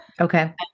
Okay